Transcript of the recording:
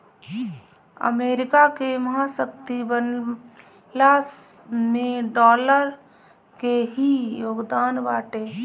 America के महाशक्ति बनला में डॉलर के ही योगदान बाटे